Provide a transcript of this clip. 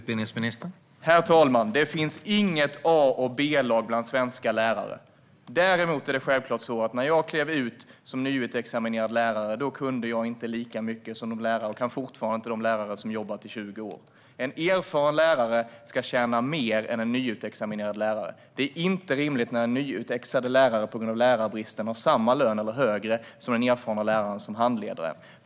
Herr talman! Det finns inga A eller B-lag bland svenska lärare. Däremot är det självklart att jag när jag klev ut som nyutexaminerad lärare inte kunde lika mycket som dem som hade jobbat i 20 år; det kan jag fortfarande inte. En erfaren lärare ska tjäna mer än en nyutexaminerad lärare. Det är inte rimligt att nyutexaminerade lärare, på grund av lärarbristen, har samma eller högre lön som den erfarna läraren som handleder dem.